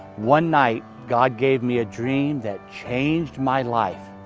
one night godgave me a dream that changed my life.